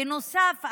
בנוסף,